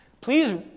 Please